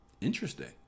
Interesting